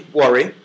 worry